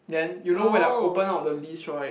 then you know when I open up the list right